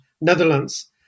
Netherlands